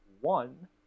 one